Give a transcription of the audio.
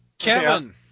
Kevin